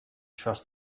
trust